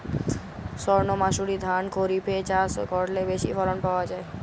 সর্ণমাসুরি ধান খরিপে চাষ করলে বেশি ফলন পাওয়া যায়?